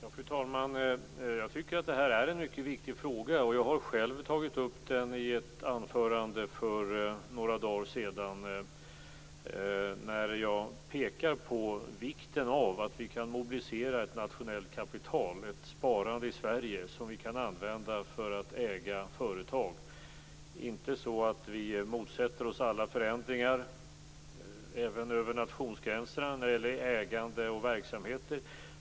Fru talman! Jag tycker att det här är en mycket viktig fråga. Själv tog jag upp den i ett anförande för några dagar sedan. Jag pekar där på vikten av att vi kan mobilisera ett nationellt kapital, ett sparande i Sverige, som vi kan använda för att äga företag. Det är inte så att vi motsätter oss alla förändringar även över nationsgränserna när det gäller ägande och verksamheter.